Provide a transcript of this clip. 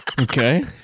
okay